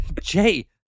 Jay